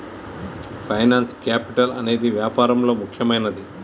finance capital అనేదే వ్యాపారాల్లో ముఖ్యమైనది